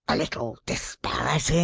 little disparity,